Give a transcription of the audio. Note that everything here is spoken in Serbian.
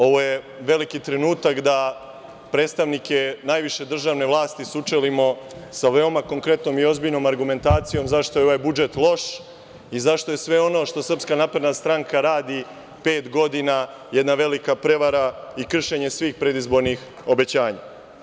Ovo je veliki trenutak da predstavnike najviše državne vlasti sučelimo sa veoma konkretnom i ozbiljnom argumentacijom zašto je ovaj budžet loš i zašto je sve ono što SNS radi pet godina jedna velika prevara i kršenje svih predizbornih obećanja.